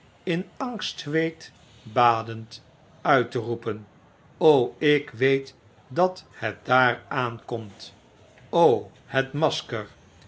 in angstzweet badend uit te roepen ik weet dat het daar aankomt het masker